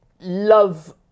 love